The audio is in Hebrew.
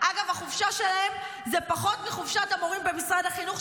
החופשה שלהם זה פחות מחופשת המורים במשרד החינוך,